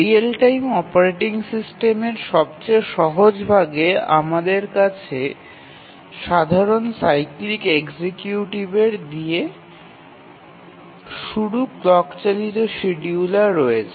real time operating সিস্টেমের সবচেয়ে সহজ ভাগে আমাদের কাছে সাধারণ সাইক্লিক এক্সিকিউটিভের দিয়ে শুরু ক্লক চালিত শিডিয়ুলার রয়েছে